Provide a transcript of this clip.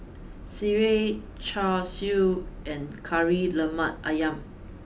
Sireh Char Siu and Kari Lemak Ayam